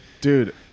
Dude